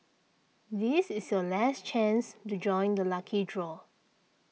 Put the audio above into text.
this is your last chance to join the lucky draw